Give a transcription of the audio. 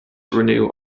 renew